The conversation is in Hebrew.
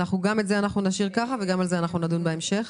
גם את זה נשאיר ככה וגם על זה נדון בהמשך.